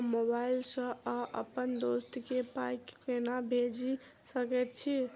हम मोबाइल सअ अप्पन दोस्त केँ पाई केना भेजि सकैत छी?